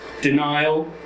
denial